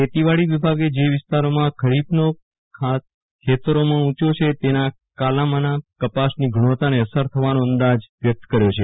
ખેતીવાડી વિભાગે જે વિસ્તારોમાં ખરીફનો ખાસ ખેતરોમાં ઉંચો છે તેના કાલામાંના કપાસની ગુણવતાને અસર થવાનો અંદાજ વ્યક્ત કર્યો છે